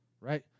right